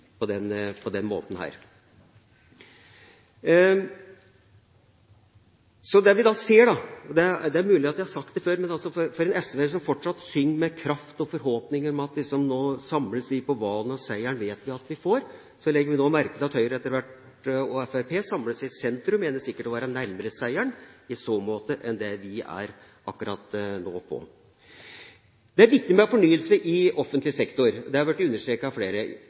på denne måten. Det er mulig at jeg har sagt det før, men for en SV-er som fortsatt synger med kraft og forhåpning om at nå «samles vi på valen, seiren vet vi at vi får», legger vi merke til at Høyre og etter hvert Fremskrittspartiet samles i sentrum, og mener sikkert i så måte å være nærmere seieren enn det vi er akkurat nå. Det er viktig med fornyelse i offentlig sektor, og det har blitt understreket av flere.